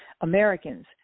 Americans